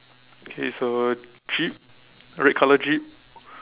K it's a jeep red colour jeep